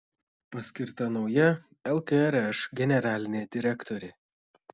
paskirta nauja lkrš generalinė direktorė